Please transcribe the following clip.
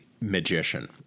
magician